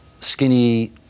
skinny